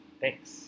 thanks